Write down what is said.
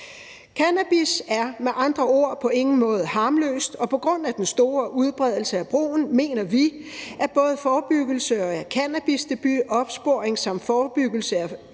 »Cannabis er med andre ord på ingen måde harmløst, og på grund af den store udbredelse af brugen mener vi, at både forebyggelse af cannabisdebut, opsporing samt forebyggelse af